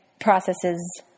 processes